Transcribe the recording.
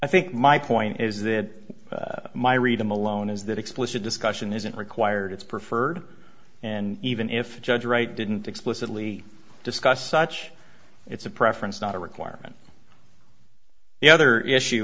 i think my point is that my read them alone is that explicit discussion isn't required it's preferred and even if judge wright didn't explicitly discuss such it's a preference not a requirement the other issue